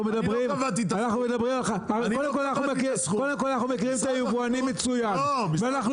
הרי קודם כל אנחנו מכירים את היבואנים מצוין ואנחנו